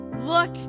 look